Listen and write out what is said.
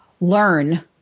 learn